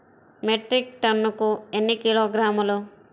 Metric టన్నుకు ఎన్ని కిలోగ్రాములు?